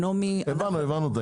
הבנו.